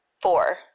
four